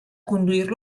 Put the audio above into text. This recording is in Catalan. conduir